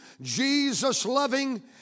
Jesus-loving